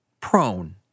prone